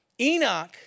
Enoch